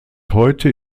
heute